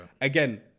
again